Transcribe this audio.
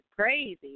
crazy